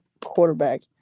quarterback